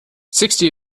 sixty